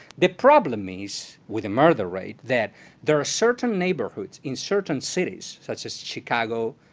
the problem is with the murder rate that there are certain neighborhoods in certain cities, such as chicago,